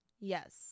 Yes